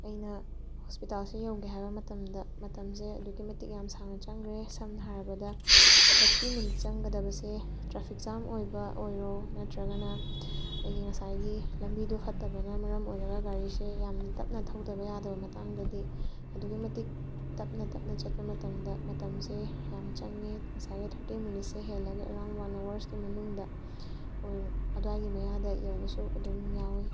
ꯑꯩꯅ ꯍꯣꯁꯄꯤꯇꯥꯜꯁꯦ ꯌꯧꯒꯦ ꯍꯥꯏꯕ ꯃꯇꯝꯗ ꯃꯇꯝꯁꯦ ꯑꯗꯨꯛꯀꯤ ꯃꯇꯤꯛ ꯌꯥꯝ ꯁꯥꯡꯅ ꯆꯪꯈ꯭ꯔꯦ ꯁꯝꯅ ꯍꯥꯏꯔꯕꯗ ꯊꯥꯔꯇꯤ ꯃꯤꯅꯠ ꯆꯪꯒꯗꯕꯁꯦ ꯇ꯭ꯔꯥꯐꯤꯛ ꯖꯥꯝ ꯑꯣꯏꯕ ꯑꯣꯏꯔꯣ ꯅꯠꯇ꯭ꯔꯒꯅ ꯑꯩꯒꯤ ꯉꯁꯥꯏꯒꯤ ꯂꯝꯕꯤꯗꯣ ꯐꯠꯇꯕꯅ ꯃꯔꯝ ꯑꯣꯏꯔꯒ ꯒꯥꯔꯤꯁꯦ ꯌꯥꯝ ꯇꯞꯅ ꯊꯧꯗꯕ ꯌꯥꯗꯕ ꯃꯇꯥꯡꯗꯗꯤ ꯑꯗꯨꯛꯀꯤ ꯃꯇꯤꯛ ꯇꯞꯅ ꯇꯞꯅ ꯆꯠꯄ ꯃꯇꯝꯗ ꯃꯇꯝꯁꯦ ꯌꯥꯝ ꯆꯪꯉꯦ ꯉꯁꯥꯏꯈꯩ ꯊꯥꯔꯇꯤ ꯃꯤꯅꯠꯁꯦ ꯍꯦꯜꯂꯒ ꯑꯔꯥꯎꯟ ꯋꯥꯟ ꯑꯥꯋꯔꯁꯀꯤ ꯃꯅꯨꯡꯗ ꯑꯣꯏꯔꯣ ꯑꯗ꯭ꯋꯥꯏꯒꯤ ꯃꯌꯥꯗ ꯌꯧꯕꯁꯨ ꯑꯗꯨꯝ ꯌꯥꯎꯋꯦ